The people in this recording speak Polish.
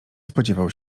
spodziewał